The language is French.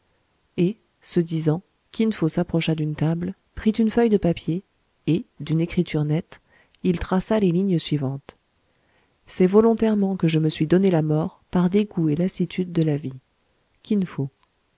et ce disant kin fo s'approcha d'une table prit une feuille de papier et d'une écriture nette il traça les lignes suivantes c'est volontairement que je me suis donné la mort par dégoût et lassitude de la vie kin fo